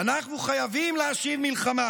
ואנחנו חייבים להשיב מלחמה.